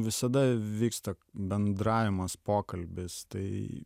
visada vyksta bendravimas pokalbis tai